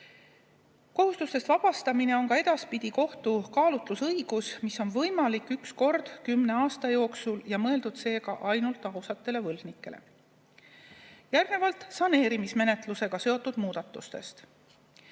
Kohustustest vabastamine on ka edaspidi kohtu kaalutlusõigus, mis on võimalik üks kord kümne aasta jooksul ja mõeldud seega ainult ausatele võlgnikele. Järgnevalt saneerimismenetlusega seotud muudatustest.